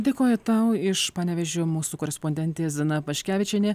dėkoju tau iš panevėžio mūsų korespondentė zina paškevičienė